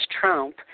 Trump